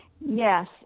Yes